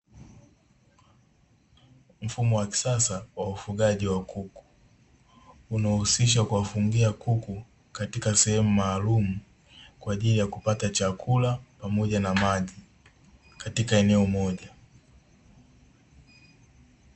Mfumo wa kisasa wa ufugaji wa kuku unaohusisha kuwafungia kuku katika sehemu maalum, kwa ajili ya kupata chakula pamoja na maji katika eneo moja.